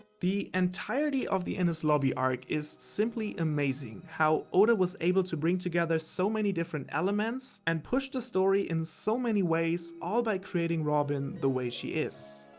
the entirety of the ennis lobby arc is simply amazing, how oda was able to bring together so many different elements and push the story in so many ways, all by creating robin the way she is.